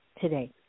today